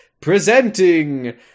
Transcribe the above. presenting